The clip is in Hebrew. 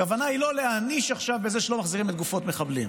הכוונה היא לא להעניש עכשיו בזה שלא מחזירים גופות מחבלים.